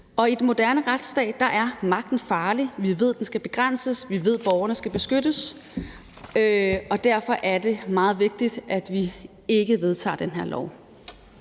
og i en moderne retsstat er magten farlig. Vi ved, at den skal begrænses. Vi ved, at borgerne skal beskyttes, og derfor er det meget vigtigt, at vi ikke vedtager den her lov.